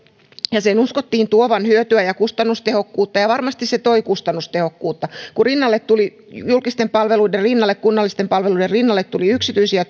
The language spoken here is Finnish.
ja sen uskottiin tuovan hyötyä ja kustannustehokkuutta ja ja varmasti se toi kustannustehokkuutta kun julkisten palveluiden rinnalle kunnallisten palveluiden rinnalle tuli yksityisiä